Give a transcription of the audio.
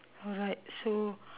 alright so